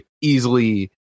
easily